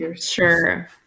Sure